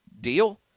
Deal